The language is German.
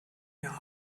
mir